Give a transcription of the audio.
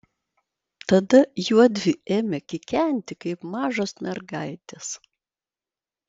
tada juodvi ėmė kikenti kaip mažos mergaitės